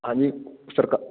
ਹਾਂਜੀ ਸਰਕਾਰ